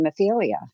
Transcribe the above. hemophilia